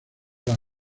las